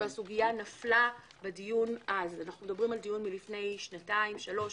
הסוגיה נפלה בדיון אז דיון מלפני שנתיים, שלוש.